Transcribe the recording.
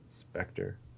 Spectre